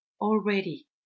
already